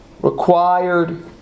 required